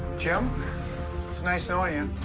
jim? it was nice knowing you.